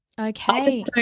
okay